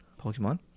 Pokemon